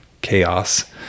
chaos